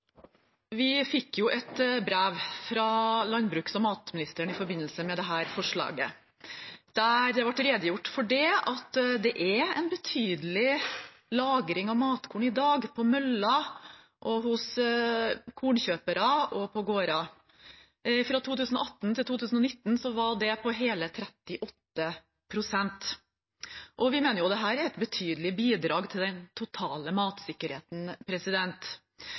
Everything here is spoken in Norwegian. Vi fikk et brev fra landbruks- og matministeren i forbindelse med dette forslaget der det ble redegjort for at det er en betydelig lagring av matkorn i dag på møller og hos kornkjøpere og på gårder. Fra 2018 til 2019 utgjorde det hele 38 pst., og vi mener dette er et betydelig bidrag til den totale matsikkerheten.